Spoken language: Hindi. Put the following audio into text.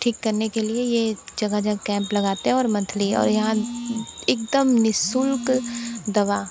ठीक करने के लिए ये जगह जगह कैंप लगाते हैं और मंथली और यहाँ एकदम नि शुल्क दवा